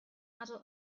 adult